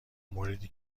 موردی